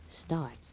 starts